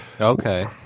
Okay